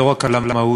לא רק על המהות.